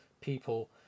people